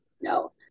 No